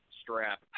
strap